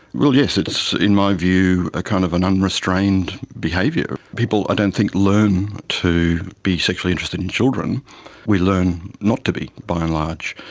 well yes it is in my view a kind of an unrestrained behaviour. people i don't think learn to be sexually interested in children we learn not to be by and large,